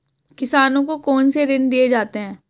किसानों को कौन से ऋण दिए जाते हैं?